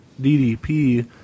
DDP